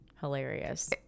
Hilarious